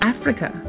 Africa